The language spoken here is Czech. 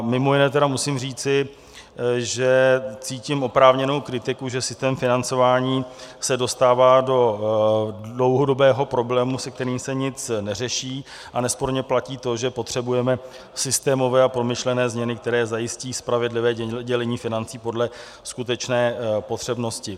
Mimo jiné musím říci, že cítím oprávněnou kritiku, že systém financování se dostává do dlouhodobého problému, se kterým se nic neřeší, a nesporně platí to, že potřebujeme systémové a promyšlené změny, které zajistí spravedlivé dělení financí podle skutečné potřebnosti.